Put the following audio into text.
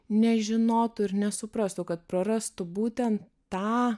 nežinotų ir nesuprastų kad prarastų būtent tą